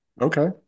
Okay